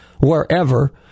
wherever